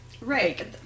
Right